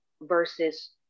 versus